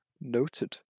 Noted